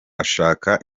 ashaka